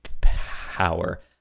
power